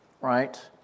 Right